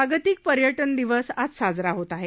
जागतिक पर्यटन दिवस आज साजरा होत आहे